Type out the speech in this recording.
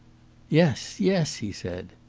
yes, yes, he said.